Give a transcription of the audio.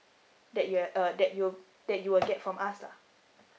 that you have uh that you that you will get from us lah